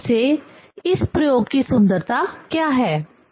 मूल रूप से इस प्रयोग की सुंदरता क्या है